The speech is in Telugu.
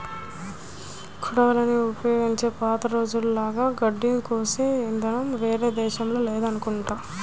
కొడవళ్ళని ఉపయోగించి పాత రోజుల్లో లాగా గడ్డిని కోసే ఇదానం వేరే దేశాల్లో లేదనుకుంటా